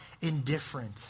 indifferent